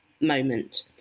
moment